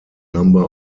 number